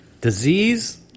Disease